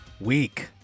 week